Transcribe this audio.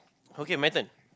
okay my turn